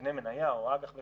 אקנה מניה או אג"ח וכו',